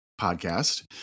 podcast